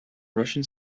russian